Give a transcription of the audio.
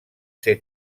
ser